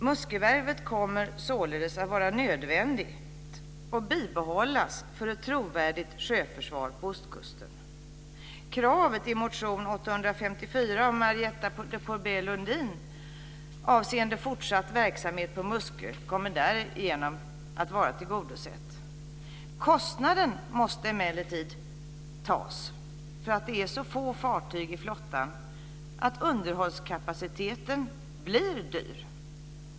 Det är således nödvändigt att bibehålla Muskö kommer därigenom att tillgodoses. Eftersom det är så få fartyg i flottan blir underhållet dyrt. Den kostnaden måste emellertid accepteras.